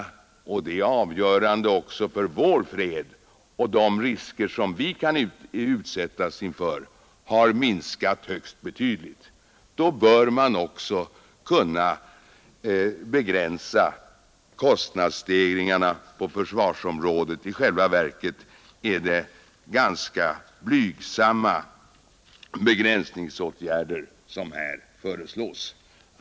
Det är avgörande också för våra möjligheter att också framgent få leva i fred, och de risker som vi kan utsättas för har minskat högst betydligt. Då bör man också kunna begränsa kostnadsstegringarna på försvarsområdet. I själva verket är det ganska blygsamma begränsningar som här föreslås.